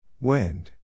Wind